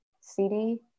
CD